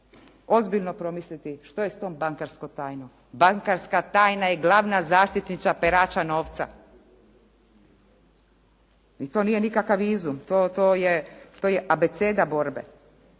ozbiljno promisliti što je s tom bankarskom tajnom. Bankarska tajna je glavna zaštitnica perača novca. I to nije nikakav izum. To je abeceda borbe.